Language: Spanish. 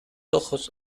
ojos